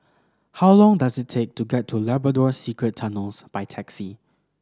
how long does it take to get to Labrador Secret Tunnels by taxi